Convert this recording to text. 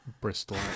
Bristol